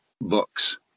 books